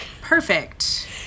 Perfect